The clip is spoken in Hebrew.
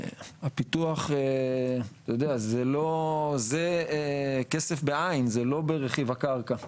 הפיתוח, אתה יודע, זה כסף בעין זה לא ברכיב הקרקע.